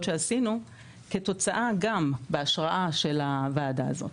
שעשינו כתוצאה גם בהשראה של הוועדה הזאת.